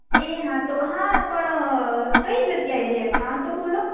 એ હા તો હા પણ કઈ જગ્યાએ રેહઠાણ તો બોલો